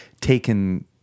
taken